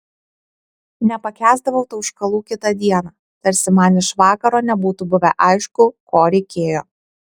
nepakęsdavau tauškalų kitą dieną tarsi man iš vakaro nebūtų buvę aišku ko reikėjo